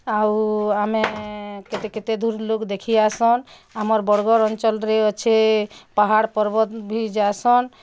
ଆଉ ଆମେ କେତେ କେତେ ଦୂର୍ ଲୋକ ଦେଖି ଆସନ୍ ଆମର ବରଗଡ଼ ଅଞ୍ଚଲରେ ଅଛେ ପାହାଡ଼ ପର୍ବତ ଭି ଯାଏସନ୍